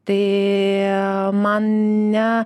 tai man ne